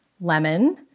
lemon